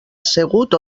assegut